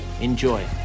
Enjoy